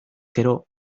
gero